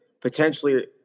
potentially